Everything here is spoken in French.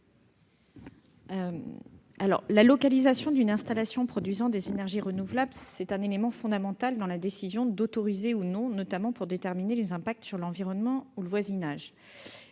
La localisation d'une installation produisant des énergies renouvelables est un élément fondamental dans la décision d'autoriser ou non un projet, notamment pour déterminer les impacts sur l'environnement ou sur le voisinage.